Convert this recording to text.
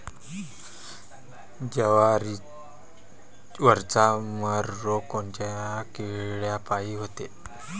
जवारीवरचा मर रोग कोनच्या किड्यापायी होते?